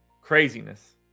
Craziness